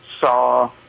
saw